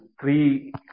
three